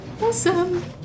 awesome